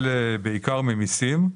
בעיקר ממיסים.